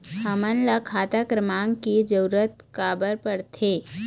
हमन ला खाता क्रमांक के जरूरत का बर पड़थे?